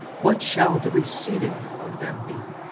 what shall the receiving of them be,